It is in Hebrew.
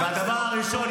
הדבר הראשון,